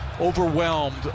overwhelmed